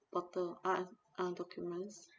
portal a'ah ah documents